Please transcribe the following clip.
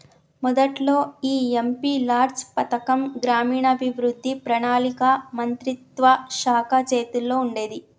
మొదట్లో ఈ MP LADS పథకం గ్రామీణాభివృద్ధి పణాళిక మంత్రిత్వ శాఖ చేతుల్లో ఉండేది